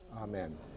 amen